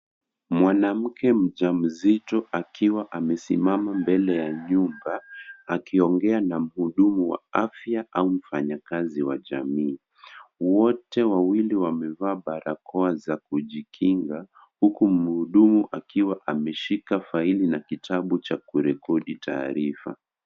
Mwanamke mja mzito akiwa amesimama mbele nyumba akiongea na muhudumu wa afya au mfanyi kazi wa jamii, wote wawili wamevaa barakoa za kujinga huku muhudumu akiwa ameshika faeli na kitabu cha kurekodi taarifa.